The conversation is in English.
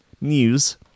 news